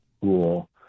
school